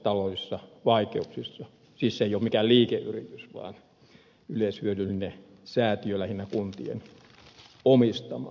siis se ei ole mikään liikeyritys vaan yleishyödyllinen säätiö lähinnä kuntien omistama